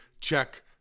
check